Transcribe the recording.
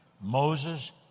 Moses